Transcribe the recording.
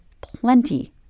plenty